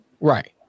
Right